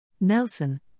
Nelson